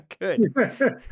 good